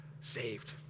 saved